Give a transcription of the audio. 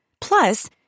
Plus